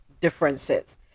differences